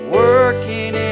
working